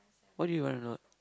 why do you run a lot